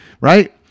right